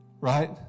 right